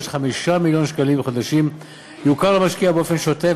של 5 מיליון שקלים חדשים יוכר למשקיע באופן שוטף,